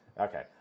Okay